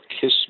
kiss